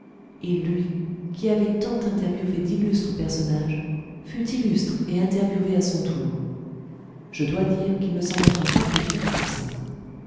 et lui qui avait tant interviewé d'illustres personnages fut illustre et interviewé à son tour je dois dire qu'il ne s'en montra pas plus fier pour ça